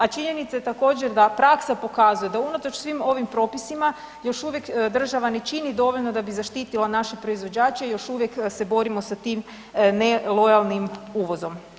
A činjenica je također da praksa pokazuje da unatoč svim ovim propisima još uvijek država ne čini dovoljno da bi zaštitila naše proizvođače, još uvijek se borimo sa tim nelojalnim uvozom.